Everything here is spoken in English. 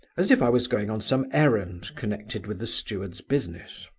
as if i was going on some errand connected with the steward's business.